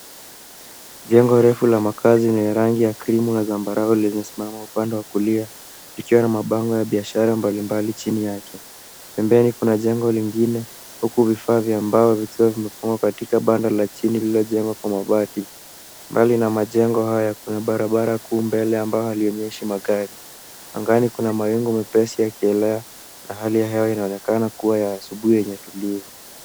Jengo refu la makazi lenye rangi ya krimu na zambarau limesimama upande wa kulia likiwa na mabango ya biashara mbalimbali chini yake. Pembeni, kuna jengo lingine, huku vifaa vya mbao vikiwa vimekwama katika bango la chini liliojengwa kwa mabati. Mbali na majengo haya, kuna barabara kuu mbele ambayo halionyeshi magari. Angani kuna mawingu mepesi yakielea na hali ya hewa inaonekana kuwa ya asubuhi yenye utulivu.